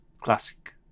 classic